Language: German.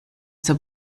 zur